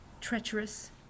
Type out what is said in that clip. treacherous